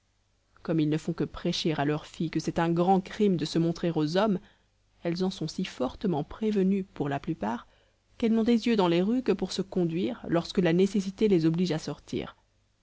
comme ils ne font que prêcher à leurs filles que c'est un grand crime de se montrer aux hommes elles en sont si fortement prévenues pour la plupart qu'elles n'ont des yeux dans les rues que pour se conduire lorsque la nécessité les oblige à sortir